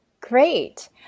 Great